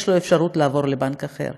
יש לו אפשרות לעבור לבנק אחר.